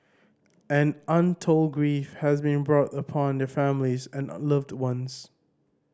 and untold grief has been brought upon their families and the loved ones